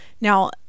Now